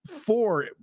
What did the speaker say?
four